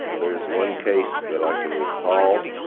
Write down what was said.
there's one case that i can recall.